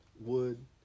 wood